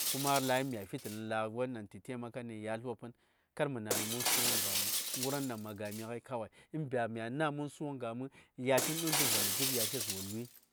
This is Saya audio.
Kuma lan nə lawon dang mafi tə tə taimaka yatl wopin kar mə nanə mən sugən gaməng ngər won dana ma gamin gai kawai in ba mya nan mən sugən gaməng ɠun tə voni dzub yatlən wo luyi So ŋən,